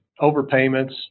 overpayments